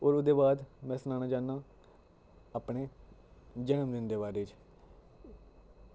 और ओह्दे बाद में सनाना चाह्ना अपने जनम दिन दे बारे च